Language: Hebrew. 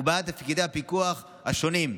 ובעד תפקידי הפיקוח השונים.